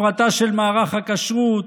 הפרטה של מערך הכשרות,